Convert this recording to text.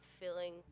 feeling